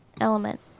element